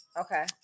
Okay